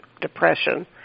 Depression